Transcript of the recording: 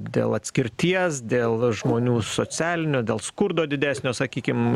dėl atskirties dėl žmonių socialinio dėl skurdo didesnio sakykim